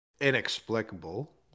inexplicable